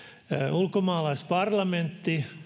ulkosuomalaisparlamentti